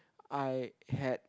I had